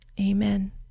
Amen